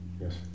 Yes